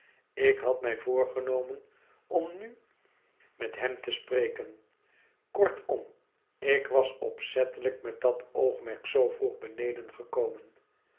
ik had mij voorgenomen om nu met hem te spreken kortom ik was opzettelijk met dat oogmerk zoo vroeg beneden gekomen